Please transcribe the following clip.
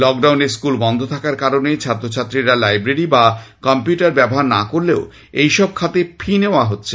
লকডাউনে স্কুল বন্ধ থাকার কারণে ছাত্রছাত্রীরা লাইব্রেরী বা কম্পিউটার ব্যবহার না করলেও এইসব খাতে ফি নেওয়া হচ্ছে